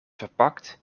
verpakt